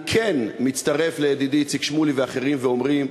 אני כן מצטרף לידידי איציק שמולי ואחרים שאומרים